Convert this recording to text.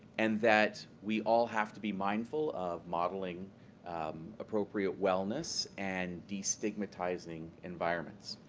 and that we all have to be mindful of modelling appropriate wellness and destigmatizing environments.